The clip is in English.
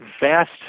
vast